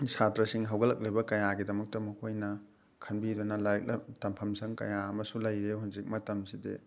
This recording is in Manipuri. ꯁꯥꯇ꯭ꯔꯁꯤꯡ ꯍꯧꯒꯠꯂꯛꯂꯤꯕ ꯀꯌꯥꯒꯤꯗꯃꯛꯇ ꯃꯈꯣꯏꯅ ꯈꯟꯕꯤꯗꯨꯅ ꯂꯥꯏꯔꯤꯛ ꯇꯝꯐꯝ ꯁꯪ ꯀꯌꯥ ꯑꯃꯁꯨ ꯂꯩꯔꯦ ꯍꯧꯖꯤꯛ ꯃꯇꯝꯁꯤꯗꯤ